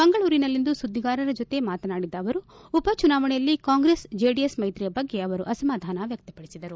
ಮಂಗಳೂರಿನಲ್ಲಿಂದು ಸುದ್ದಿಗಾರರ ಜೊತೆ ಮಾತನಾಡಿದ ಅವರುಉಪ ಚುನಾವಣೆಯಲ್ಲಿ ಕಾಂಗ್ರೆಸ್ ಜೆಡಿಎಸ್ ಮೈತ್ರಿ ಬಗ್ಗೆ ಅವರು ಅಸಮಾಧಾನ ವ್ಯಕ್ತಪಡಿಸಿದರು